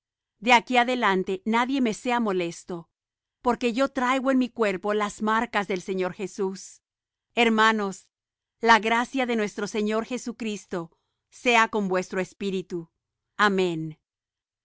de aquí adelante nadie me sea molesto porque yo traigo en mi cuerpo las marcas del señor jesús hermanos la gracia de nuestro señor jesucristo sea con vuestro espíritu amén